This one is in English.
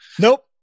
Nope